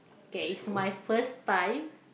K it's my first time